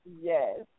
Yes